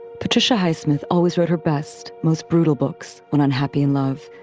patricia highsmith always wrote her best, most brutal books when unhappy in love,